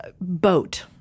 boat